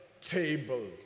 table